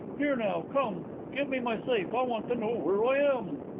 here now, come give me my safe. i want to know where i am.